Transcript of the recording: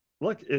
look